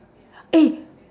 eh